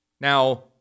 Now